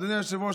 אדוני היושב-ראש,